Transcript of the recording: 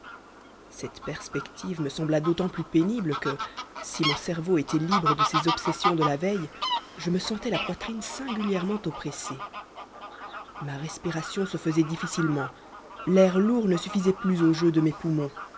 cette perspective me sembla d'autant plus pénible que si mon cerveau était libre de ses obsessions de la veille je me sentais la poitrine singulièrement oppressée ma respiration se faisait difficilement l'air lourd ne suffisait plus au jeu de mes poumons